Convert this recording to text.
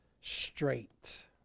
straight